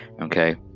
Okay